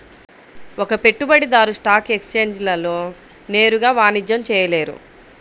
ఒక పెట్టుబడిదారు స్టాక్ ఎక్స్ఛేంజ్లలో నేరుగా వాణిజ్యం చేయలేరు